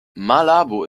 malabo